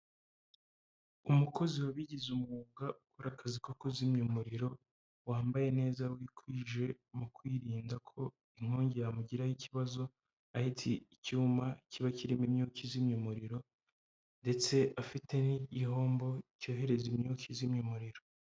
Umukozi wabigize umwuga ukora akazi ko kuzimya umuriro wambaye neza wikwije mu kwirinda ko inkongi yamugiraho ikibazo ahetse icyuma kiba kirimo imyotsi izimya umuriro ndetse afite n'igihombo cyohereza imyotsi izimya umuriro.